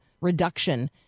reduction